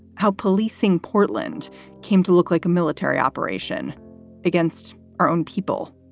how policing portland came to look like a military operation against our own people.